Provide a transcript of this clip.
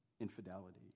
infidelity